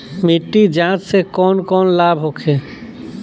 मिट्टी जाँच से कौन कौनलाभ होखे?